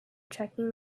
checking